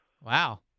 Wow